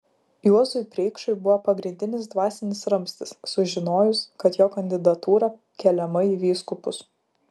juozui preikšui buvo pagrindinis dvasinis ramstis sužinojus kad jo kandidatūra keliama į vyskupus